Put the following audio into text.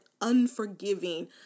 unforgiving